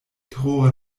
tro